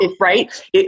right